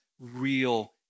real